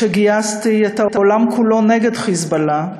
כשגייסתי את העולם כולו נגד "חיזבאללה",